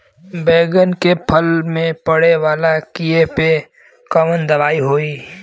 बैगन के फल में पड़े वाला कियेपे कवन दवाई होई?